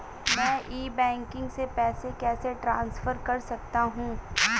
मैं e banking से पैसे कैसे ट्रांसफर कर सकता हूं?